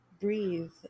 breathe